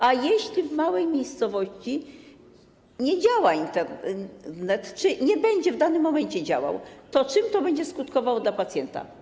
A jeśli w małej miejscowości nie działa czy nie będzie w danym momencie działał Internet, to czym to będzie skutkowało dla pacjenta?